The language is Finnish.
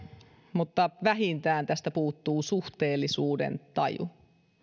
mutta vähintään tästä puuttuu suhteellisuuden taju